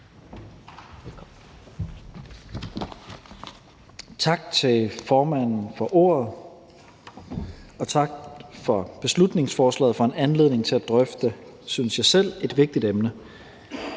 Tak til formanden for ordet. Og tak for beslutningsforslaget og for en anledning til at drøfte et, synes jeg selv, vigtigt emne.